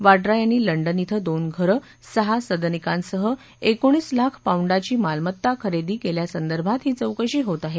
वाड्रा यांनी लंडन के दोन घरं सहा सदनिकांसह एकोणीस लाख पाऊंडाची मालमत्ता खरेदी केल्यासंदर्भात ही चौकशी होत आहे